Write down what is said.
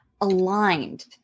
aligned